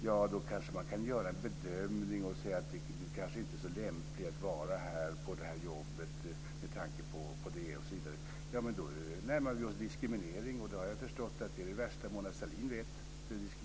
Ja, då kanske man kan göra en bedömning och säga till någon att han eller hon inte är så lämplig att vara på ett visst jobb med tanke på detta. Men då närmar vi oss diskriminering, och jag har förstått att det värsta Mona Sahlin vet är diskriminering.